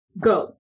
go